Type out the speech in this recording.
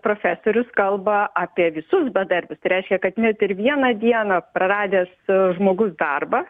profesorius kalba apie visus bedarbius tai reiškia kad net ir vieną dieną praradęs žmogus darbą